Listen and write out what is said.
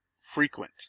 frequent